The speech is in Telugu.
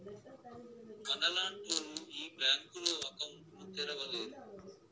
మనలాంటోళ్లు ఈ బ్యాంకులో అకౌంట్ ను తెరవలేరు